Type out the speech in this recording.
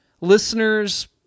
listeners